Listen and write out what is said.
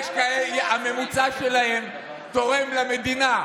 הממוצע שלהם תורם למדינה,